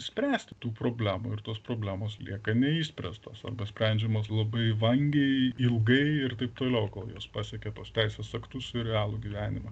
spręsti tų problemų ir tos problemos lieka neišspręstos arba sprendžiamos labai vangiai ilgai ir taip toliau kol jos pasiekia tuos teisės aktus ir realų gyvenimą